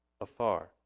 afar